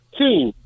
team